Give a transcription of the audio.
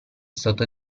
sotto